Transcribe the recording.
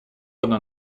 одно